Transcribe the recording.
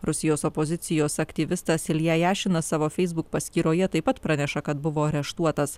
rusijos opozicijos aktyvistas ilja jašinas savo facebook paskyroje taip pat praneša kad buvo areštuotas